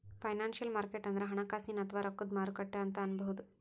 financial market ಅಂದ್ರ ಹಣಕಾಸಿನ್ ಅಥವಾ ರೊಕ್ಕದ್ ಮಾರುಕಟ್ಟೆ ಅಂತ್ ಅನ್ಬಹುದ್